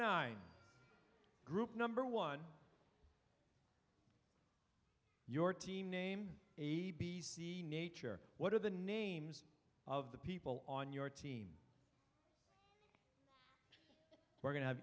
nine group number one your team name a b c nature what are the names of the people on your team we're going to have